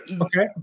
okay